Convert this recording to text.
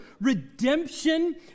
redemption